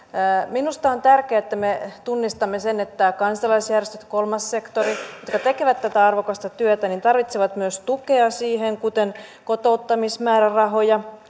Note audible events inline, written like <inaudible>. minusta on tärkeää että me tunnistamme sen että kansalaisjärjestöt kolmas sektori jotka tekevät tätä arvokasta työtä tarvitsevat myös tukea siihen kuten kotouttamismäärärahoja <unintelligible>